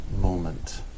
moment